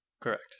Correct